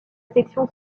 section